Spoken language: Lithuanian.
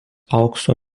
aukso